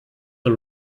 the